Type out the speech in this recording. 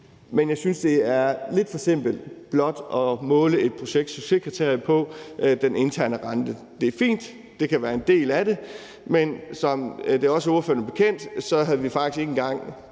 men jeg synes, det er lidt for simpelt blot at måle et projekts succes på den interne rente. Det er fint. Det kan være en del af det, men som det også er ordførerne bekendt, havde vi faktisk ikke engang